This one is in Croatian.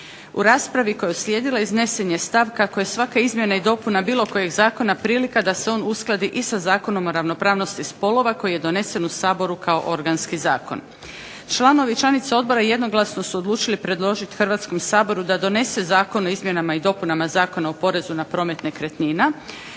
U raspravi koja je uslijedila iznesen je stav kako je svaka izmjena i dopuna bilo kojeg zakona prilika da se on uskladi i sa Zakonom o ravnopravnosti spolova koji je donesen u Saboru kao organski zakon. Članovi i članice odbora jednoglasno su odlučili predložiti Hrvatskom saboru da donese Zakon o izmjenama i dopunama Zakona o porezu na promet nekretnina,